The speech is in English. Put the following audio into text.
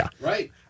Right